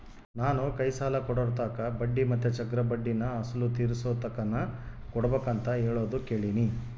ನಾನು ಕೈ ಸಾಲ ಕೊಡೋರ್ತಾಕ ಬಡ್ಡಿ ಮತ್ತೆ ಚಕ್ರಬಡ್ಡಿನ ಅಸಲು ತೀರಿಸೋತಕನ ಕೊಡಬಕಂತ ಹೇಳೋದು ಕೇಳಿನಿ